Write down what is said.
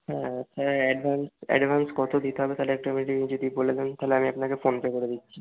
হ্যাঁ advance advance কতো দিতে হবে তাহলে একটু আমাকে যদি বলে দেন তাহলে আমি আপনাকে ফোন পে করে দিচ্ছি